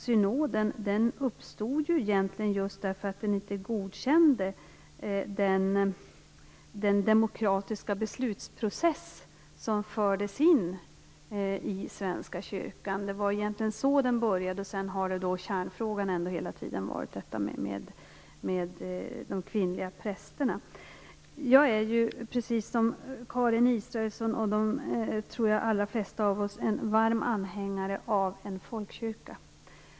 Synoden uppstod egentligen just därför att den inte godkände den demokratiska beslutsprocess som fördes in i Svenska kyrkan. Det var egentligen så den började, och sedan har kärnfrågan hela tiden varit detta med de kvinnliga prästerna. Jag är, precis som Karin Israelsson och de allra flesta av oss, varm anhängare av en folkkyrka.